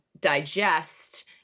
digest